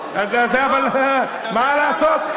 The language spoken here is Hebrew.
לא, לא,